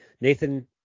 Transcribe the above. nathan